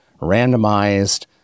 randomized